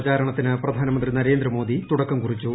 പ്രചാരണത്തിന് പ്രധാനമന്ത്രി നരേന്ദ്രമോദി തുടക്കം കുറിച്ചു